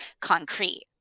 concrete